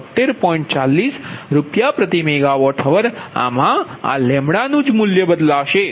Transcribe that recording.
40RsMWhr આમાં આ બદલાશે